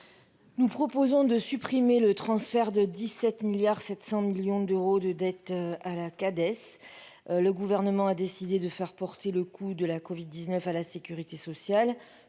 Nous proposons de supprimer le transfert de 17 milliards 700 millions d'euros de dettes à la Cades, le gouvernement a décidé de faire porter le coup de la Covid 19 à la sécurité sociale,